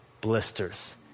blisters